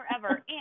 forever